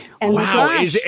Wow